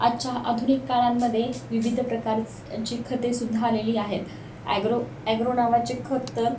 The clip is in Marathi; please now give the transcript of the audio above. आजच्या आधुनिक काळांमध्ये विविध प्रकारची खतेसुद्धा आलेली आहेत ॲग्रो ॲग्रो नावाचे खत तर